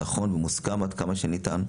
נכון ומוסכם עד כמה שניתן.